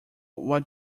what